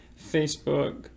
Facebook